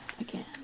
again